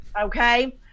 Okay